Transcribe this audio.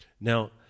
Now